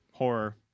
horror